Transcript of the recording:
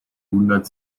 hundert